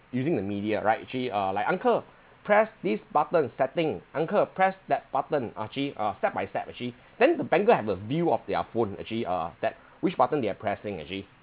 using the media right actually uh like uncle press this button setting uncle press that button actually uh step by step actually then the banker have a view of their phone actually uh that which button they are pressing actually